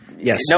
Yes